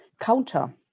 counter